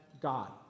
God